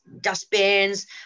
dustbins